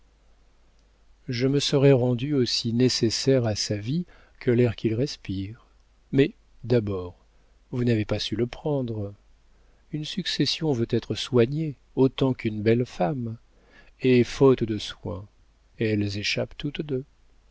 je me serais rendu aussi nécessaire à sa vie que l'air qu'il respire mais d'abord vous n'avez pas su le prendre une succession veut être soignée autant qu'une belle femme et faute de soins elles échappent toutes deux